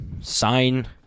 Sign